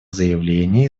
заявление